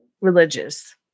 religious